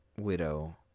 Widow